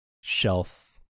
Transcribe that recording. shelf